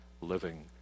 living